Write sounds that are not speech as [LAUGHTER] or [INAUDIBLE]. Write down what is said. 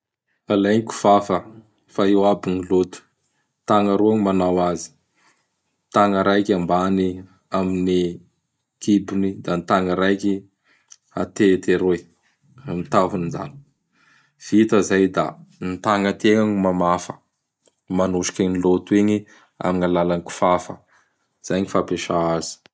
[NOISE] Alay gn kofafa, fa eo aby gn loto, tagna roa gny manao azy. [NOISE] Tagna raiky ambany amin'gny kibony, da gny tagna raiky atety aroy! [NOISE] Amin'gny tahony zany. [NOISE] Vita izay da gny tagnategna gny mamafa, manosoky an'ny loto igny amin'ny alalan'ny kofafa. Izay gny fampiasa azy.